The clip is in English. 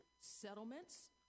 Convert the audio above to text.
settlements